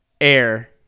air